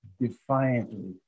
defiantly